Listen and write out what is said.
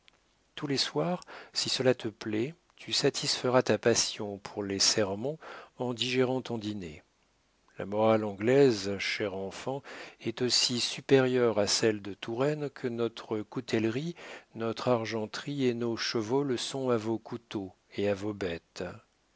tous les soirs si cela te plaît tu satisferas ta passion pour les sermons en digérant ton dîner la morale anglaise cher enfant est aussi supérieure à celle de touraine que notre coutellerie notre argenterie et nos chevaux le sont à vos couteaux et à vos bêtes